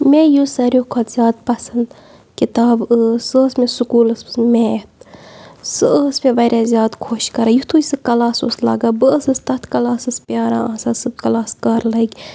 مےٚ یُس ساروی کھۄتہٕ زیادٕ پَسنٛد کِتاب ٲس سُہ ٲس مےٚ سکوٗلَس منٛز میتھ سُہ ٲس مےٚ واریاہ زیادٕ خۄش کَران یِتھُے سُہ کَلاس اوس لَگان بہٕ ٲسٕس تَتھ کَلاسَس پیٛاران آسان سُہ کَلاس کَر لَگہِ